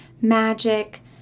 magic